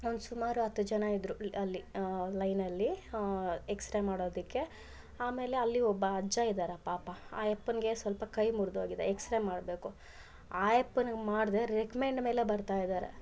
ಒಂದು ಸುಮಾರು ಹತ್ತು ಜನ ಇದ್ದರು ಅಲ್ಲಿ ಲೈನಲ್ಲಿ ಎಕ್ಸ್ರೇ ಮಾಡೋದಕ್ಕೆ ಆಮೇಲೆ ಅಲ್ಲಿ ಒಬ್ಬ ಅಜ್ಜ ಇದಾರೆ ಪಾಪ ಆ ಯಪ್ಪನಿಗೆ ಸ್ವಲ್ಪ ಕೈ ಮುರಿದೋಗಿದೆ ಎಕ್ಸ್ರೇ ಮಾಡಬೇಕು ಆ ಯಪ್ಪನಿಗ್ ಮಾಡದೆ ರೆಕ್ಮೆಂಡ್ ಮೇಲೆ ಬರ್ತಾಯಿದಾರೆ